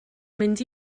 mynd